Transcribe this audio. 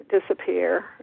disappear